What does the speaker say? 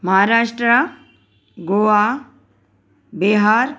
Maharashtra Goa Bihar